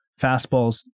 fastballs